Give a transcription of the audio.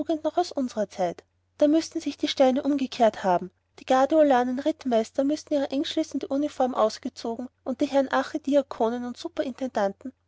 aus unserer zeit da müßten sich die steine umgekehrt haben die garde ulanen rittmeister müßten ihre engschließende uniform ausgezogen und die herren archidiakonen und